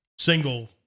Single